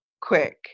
quick